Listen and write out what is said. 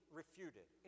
refuted